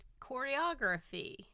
choreography